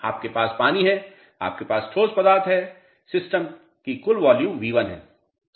आपके पास पानी है आपके पास ठोस पदार्थ हैं सिस्टम की कुल मात्रा V1 है